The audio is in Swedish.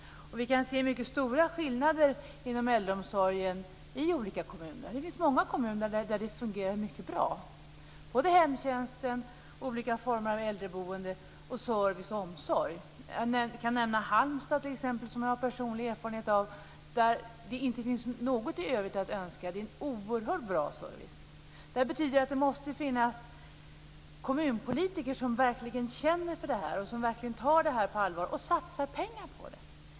Vi kan se mycket stora skillnader inom äldreomsorgen i olika kommuner. Det finns många kommuner där det fungerar mycket bra, både hemtjänst, olika former av äldreboende samt service och omsorg. Jag kan t.ex. nämna Halmstad, som jag har personlig erfarenhet av, där det inte finns något i övrigt att önska. Man har en oerhört bra service. Det här betyder att det måste finnas kommunpolitiker som verkligen känner för det här, som verkligen tar det här på allvar och satsar pengar på det.